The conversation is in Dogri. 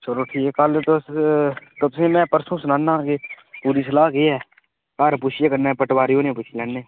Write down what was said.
चलो ठीक ऐ कल्ल तुस ते तुसें ई में परसूं सनान्ना कि पूरी सलाह् केह् ऐ घर पुच्छियै कन्नै पटवारी होरें ई पुच्छी लैन्ने